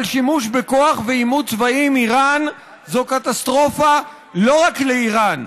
אבל שימוש בכוח בעימות צבאי עם איראן זאת קטסטרופה לא רק לאיראן,